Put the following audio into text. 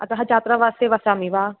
अतः छात्रावासे वसामि वा